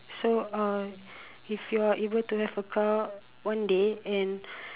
so uh if you're able to have a car one day and